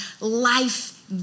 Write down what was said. life